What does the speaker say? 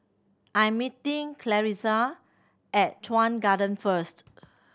I'm meeting Clarissa at Chuan Garden first